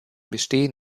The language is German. bestehen